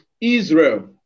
Israel